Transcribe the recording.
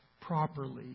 properly